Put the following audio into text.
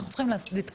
אנחנו צריכים להתקדם.